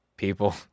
People